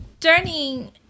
turning